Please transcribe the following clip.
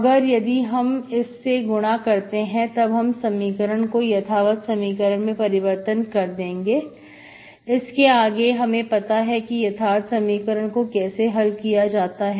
अगर यदि हम इस से गुणा करते हैं तब हम समीकरण को यथावत समीकरण में परिवर्तित कर देंगे इसके आगे हमें पता है कि यथार्थ समीकरणों को कैसे हल किया जाता है